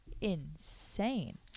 insane